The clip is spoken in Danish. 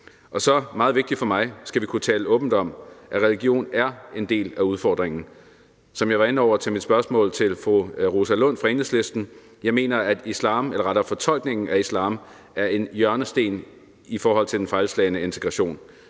der er meget vigtigt for mig, nemlig at vi skal kunne tale åbent om, at religion er en del af udfordringen. Som jeg var inde over i mit spørgsmål til fru Rosa Lund fra Enhedslisten, mener jeg, at islam eller rettere fortolkningen af islam er en hjørnesten i forhold til den fejlslagne integration.